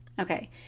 Okay